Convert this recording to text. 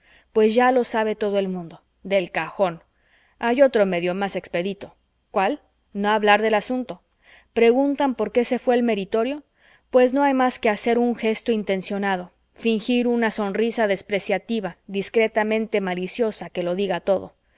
pues ya lo sabe todo el mundo del cajón hay otro medio más expedito cuál no hablar del asunto preguntan por qué se fué el meritorio pues no hay más que hacer un gesto intencionado fingir una sonrisa despreciativa discretamente maliciosa que lo diga todo